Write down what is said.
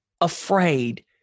afraid